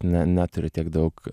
ne neturiu tiek daug